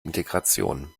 integration